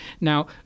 Now